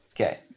Okay